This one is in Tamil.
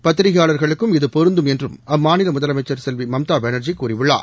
பத்திரிகையாளர்களுக்கும் இது பொருந்தும் என்று அம்மாநில முதலமைச்சர் செல்வி மம்தா பானா்ஜி கூறியுள்ளார்